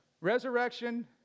Resurrection